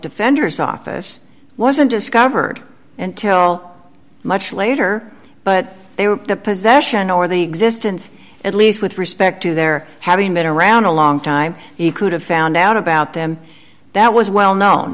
defender's office wasn't discovered until much later but they were the possession or the existence at least with respect to their having been around a long time he could have found out about them that was well known